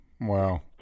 Wow